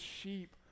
sheep